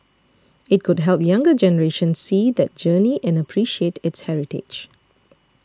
it could help younger generations see that journey and appreciate its heritage